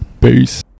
Peace